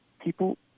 people